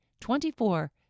twenty-four